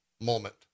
moment